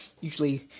Usually